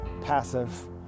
passive